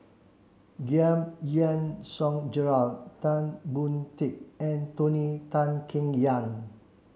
Giam Yean Song Gerald Tan Boon Teik and Tony Tan Keng Yam